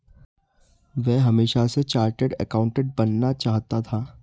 वह हमेशा से एक चार्टर्ड एकाउंटेंट बनना चाहता था